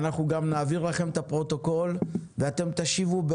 אנחנו נעביר את פרוטוקול הישיבה לצוות המשרד